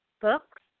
Books